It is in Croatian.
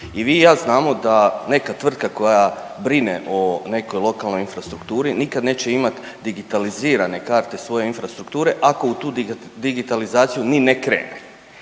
I vi i ja znamo da neka tvrtka koja brine o nekoj lokalnoj infrastrukturi nikad neće imat digitalizirane karte svoje infrastrukture ako u tu digitalizaciju ni ne krene